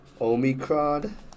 Omicron